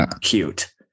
cute